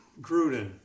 Gruden